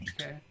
Okay